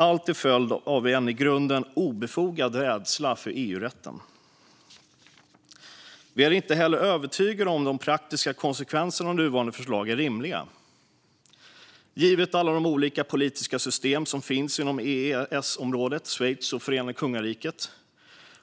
Allt detta är en följd av en i grunden obefogad rädsla för EU-rätten. Vi är inte heller övertygade om att de praktiska konsekvenserna av nuvarande förslag är rimliga. Givet alla de olika politiska system som finns inom EES-området, Schweiz och Förenade kungariket